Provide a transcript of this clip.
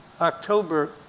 October